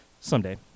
Someday